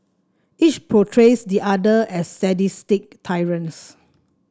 each portrays the other as sadistic tyrants